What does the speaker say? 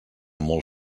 molt